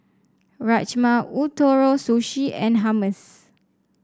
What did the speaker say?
Rajma Ootoro Sushi and Hummus